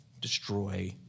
destroy